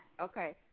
Okay